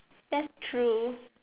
that's true